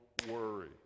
worry